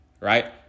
right